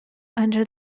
under